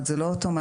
זה לא אוטומטי.